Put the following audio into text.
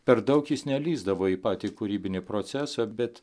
per daug jis nelįsdavo į patį kūrybinį procesą bet